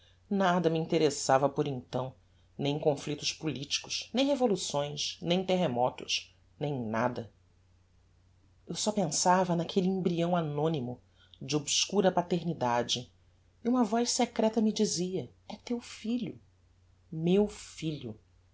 nada me interessava por então nem conflictos politicos nem revoluções nem terremotos nem nada en só pensava naquelle embryão anonymo de obscura paternidade e uma voz secreta me dizia é teu filho meu filho